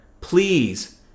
please